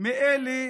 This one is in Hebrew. מאלה